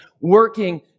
working